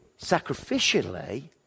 sacrificially